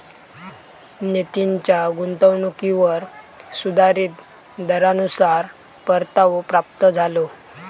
नितीनच्या गुंतवणुकीवर सुधारीत दरानुसार परतावो प्राप्त झालो